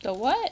the what